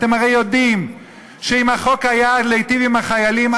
אתם הרי יודעים שאם החוק היה להיטיב עם החיילים,